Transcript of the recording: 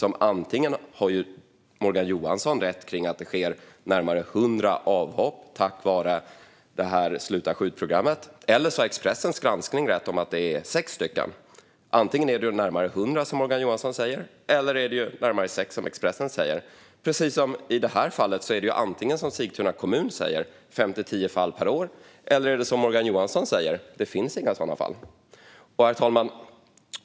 Antingen har Morgan Johansson rätt kring att det sker närmare hundra avhopp tack vare Sluta skjut-programmet eller så har Expressens granskning rätt om att det är sex avhopp. Precis som i det här fallet är det antingen som Sigtuna kommun säger, alltså fem till tio fall per år, eller som Morgan Johansson säger, nämligen att det inte finns några sådana fall. Herr talman!